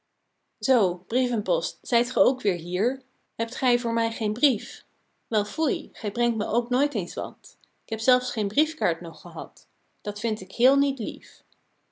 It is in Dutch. zoo brievenpost zijt ge ook weer hier hebt gij voor mij geen brief wel foei gij brengt me ook nooit eens wat k heb zelfs geen briefkaart nog gehad dat vind ik heel niet lief